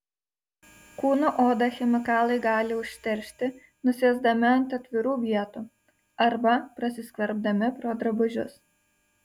kūno odą chemikalai gali užteršti nusėsdami ant atvirų vietų arba prasiskverbdami pro drabužius